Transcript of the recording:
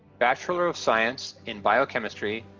bachelor of science in biochemistry.